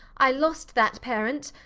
i lost that parent,